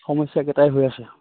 সমস্যা একেটাই হৈ আছে